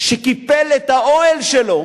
שקיפל את האוהל שלו